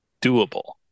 doable